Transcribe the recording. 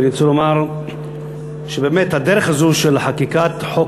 אני רוצה לומר שבאמת הדרך הזאת של חקיקת חוק